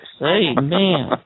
Amen